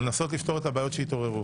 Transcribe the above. ולנסות לפתור את הבעיות שהתעוררו,